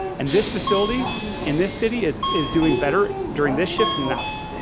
and this facility in this city is is doing better during this shift than that one.